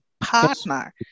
partner